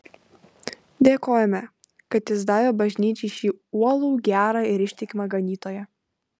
dėkojame kad jis davė bažnyčiai šį uolų gerą ir ištikimą ganytoją